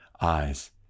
eyes